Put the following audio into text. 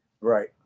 Right